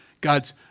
God's